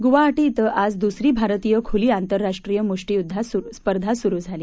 गुवाहाटी ििं आज दुसरी भारतीय खुली आंतरराष्ट्रीय मुष्टियुद्ध स्पर्धा सुरु झाली